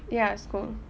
ya school